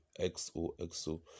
XOXO